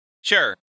Sure